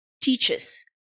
teaches